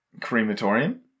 Crematorium